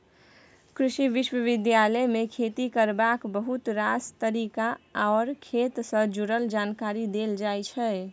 कृषि विश्वविद्यालय मे खेती करबाक बहुत रास तरीका आर खेत सँ जुरल जानकारी देल जाइ छै